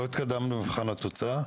לא התקדמנו במבחן התוצאה.